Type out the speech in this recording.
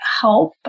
help